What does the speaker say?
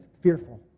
fearful